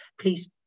please